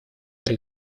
при